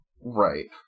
Right